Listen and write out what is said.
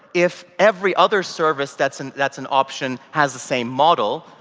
if every other service that's and that's an option has the same model,